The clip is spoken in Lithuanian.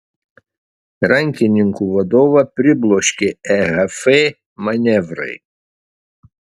rankininkų vadovą pribloškė ehf manevrai